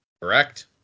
Correct